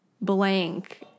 blank